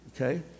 okay